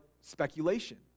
speculation